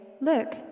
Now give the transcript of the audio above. look